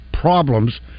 problems